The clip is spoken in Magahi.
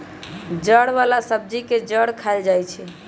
जड़ वाला सब्जी के जड़ खाएल जाई छई